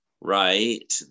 right